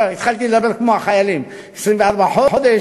כבר התחלתי לדבר כמו החיילים: 24 חודש,